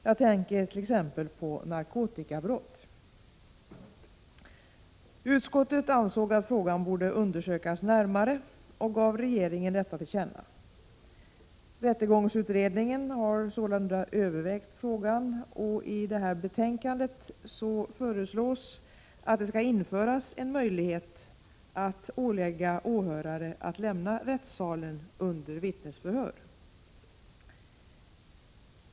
Jag tänker t.ex. på narkotikabrott. Utskottet ansåg att frågan borde undersökas närmare och gav regeringen detta till känna. Rättegångsutredningen har sålunda övervägt frågan, och i detta betänkande föreslås att det skall införas en möjlighet att ålägga åhörare att lämna rättssalen under vittnesförhör.